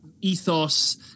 ethos